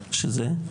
שזה?